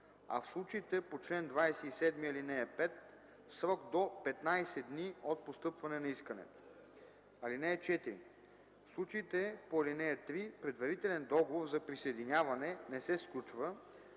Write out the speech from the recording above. а в случаите по чл. 27, ал. 5 – срок до 15 дни от постъпване на искането. (4) В случаите по ал. 3 предварителен договор за присъединяване не се сключва,